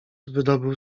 wydobył